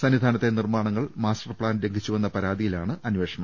സന്നിധാനത്തെ നിർമ്മാണങ്ങൾ master plan ലംഘിച്ചുവെന്ന പരാതിയിലാണ് അന്വേഷണം